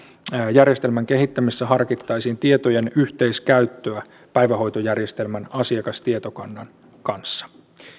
järjestelmän kehittämisessä harkittaisiin tietojen yhteiskäyttöä päivähoitojärjestelmän asiakastietokannan kanssa